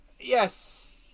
Yes